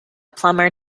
plumber